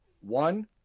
One